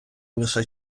лише